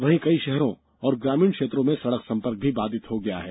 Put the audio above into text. वहीं कई शहरों और ग्रामीण क्षेत्रों में सड़क संपर्क भी बाधित हो गया है